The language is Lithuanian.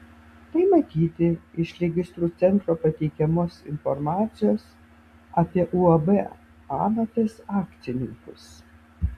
tai matyti iš registrų centro pateikiamos informacijos apie uab amatas akcininkus